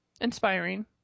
inspiring